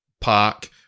Park